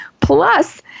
Plus